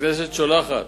הכנסת שולחת